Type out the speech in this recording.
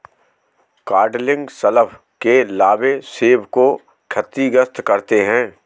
codling शलभ के लार्वे सेब को क्षतिग्रस्त करते है